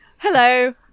Hello